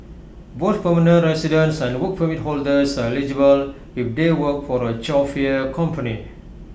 both permanent residents and Work Permit holders are eligible if they work for A chauffeur company